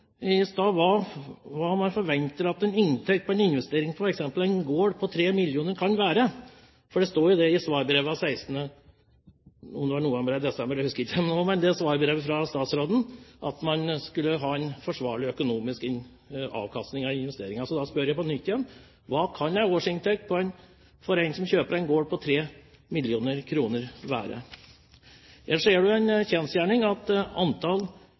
hva man forventer at en inntekt på en investering på f.eks. en gård på 3 mill. kr kan være. Det står i svarbrevet fra statsråden at man skulle ha en forsvarlig økonomisk avkastning på investeringer. Da spør jeg på nytt igjen: Hva kan en årsinntekt for en som kjøper en gård på 3 mill. kr, være? Ellers er det en kjensgjerning at